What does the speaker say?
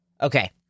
Okay